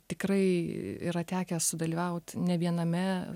tikrai yra tekę sudalyvaut ne viename